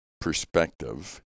perspective